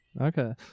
Okay